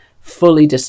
fully